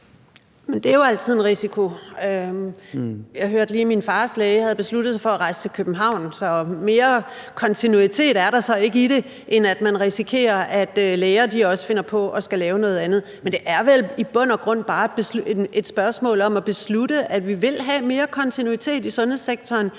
det er jo altid en risiko. Jeg hørte lige, at min fars læge havde besluttet sig for at rejse til København; så der er ikke mere kontinuitet i det, end at man risikerer, at læger også finder på at skulle lave noget andet. Men det er vel i bund og grund bare et spørgsmål om at beslutte, at vi vil have mere kontinuitet i sundhedssektoren